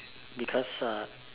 because uh